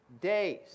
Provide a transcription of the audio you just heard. days